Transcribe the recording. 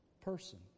person